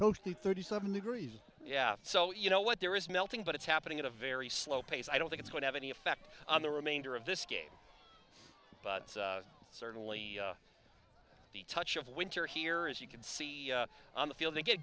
totally thirty seven degrees yeah so you know what there is melting but it's happening at a very slow pace i don't think it's going have any effect on the remainder of this game but it's certainly the touch of winter here as you can see on the field they get